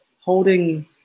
holding